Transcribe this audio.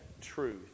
truth